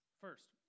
first